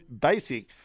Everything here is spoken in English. basic